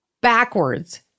backwards